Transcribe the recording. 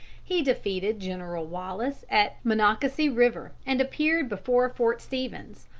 he defeated general wallace at monocacy river, and appeared before fort stevens,